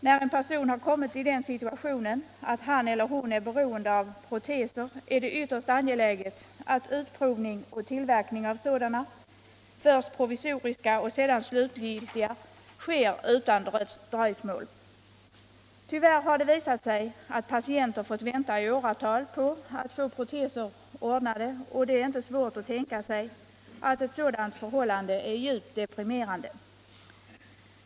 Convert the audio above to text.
När en person kommit i den situationen att han eller hon är beroende av proteser är det ytterst angeläget att utprovning och tillverkning av sådana — först provisoriska och sedan slutgiltiga — sker utan dröjsmål. Tyvärr har det visat sig att patienter måst vänta i åratal på att få proteser ordnade. Det är inte svårt att föreställa sig att ett sådant förhållande verkar djupt deprimerande.